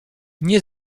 nie